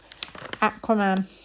Aquaman